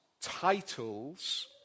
titles